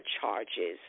charges